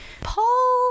Paul